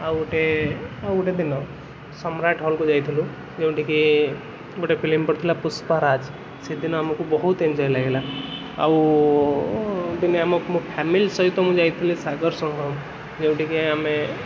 ଆଉ ଗୋଟେ ଆଉ ଗୋଟେ ଦିନ ସମ୍ରାଟ ହଲକୁ ଯାଇଥିଲୁ ଯେଉଁଠିକି ଗୋଟେ ଫିଲିମ ପଡ଼ିଥିଲା ପୁଷ୍ପାରାଜ ସେଦିନ ଆମୁକୁ ବହୁତ ଏନ୍ଜୟ ଲାଗିଲା ଆଉ ଦିନେ ଆମ ମୋ ଫ୍ୟାମିଲ ସହିତ ମୁଁ ଯାଇଥିଲି ସାଗରସଂଘମ ଯେଉଁଟିକି ଆମେ